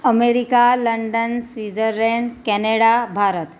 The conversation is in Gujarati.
America London Switzerland Canada Bharat